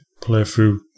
playthrough